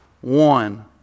One